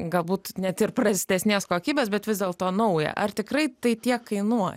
galbūt net ir prastesnės kokybės bet vis dėlto naują ar tikrai tai tiek kainuoja